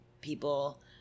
people